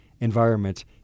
environment